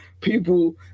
people